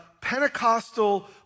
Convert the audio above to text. Pentecostal